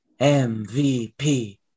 MVP